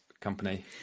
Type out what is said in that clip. company